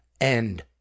End